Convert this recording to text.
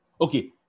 Okay